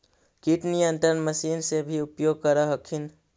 किट नियन्त्रण मशिन से भी उपयोग कर हखिन?